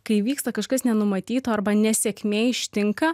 kai įvyksta kažkas nenumatyto arba nesėkmė ištinka